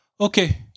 Okay